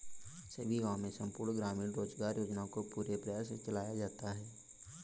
सभी गांवों में संपूर्ण ग्रामीण रोजगार योजना को पूरे प्रयास से चलाया जाता है